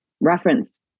reference